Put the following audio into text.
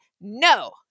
No